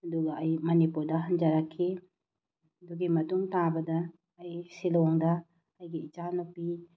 ꯑꯗꯨꯒ ꯑꯩ ꯃꯅꯤꯄꯨꯔꯗ ꯍꯟꯖꯔꯛꯈꯤ ꯑꯗꯨꯒꯤ ꯃꯇꯨꯡ ꯇꯥꯕꯗ ꯑꯩ ꯁꯤꯂꯣꯡꯗ ꯑꯩꯒꯤ ꯏꯆꯥ ꯅꯨꯄꯤ